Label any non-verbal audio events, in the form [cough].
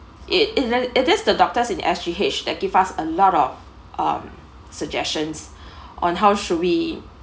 it isn't it just the doctors in S_G_H that give us a lot of um suggestions [breath] on how should we